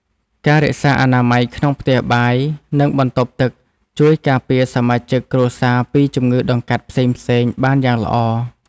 ការរក្សាអនាម័យក្នុងផ្ទះបាយ និងបន្ទប់ទឹកជួយការពារសមាជិកគ្រួសារពីជំងឺដង្កាត់ផ្សេងៗបានយ៉ាងល្អ។